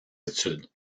études